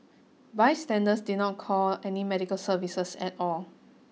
bystanders did not call any medical services at all